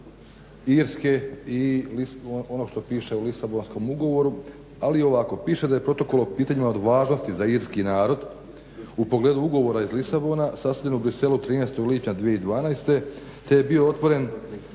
Irske i onog što piše u Lisabonskom ugovoru. Ali ovako, piše da je protokol pitanje od važnosti za irski narod u pogledu Ugovora iz Lisabona sastavljen u Bruxellesu 13. lipnja 2012.